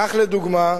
כך, לדוגמה,